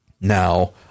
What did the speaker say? Now